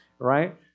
Right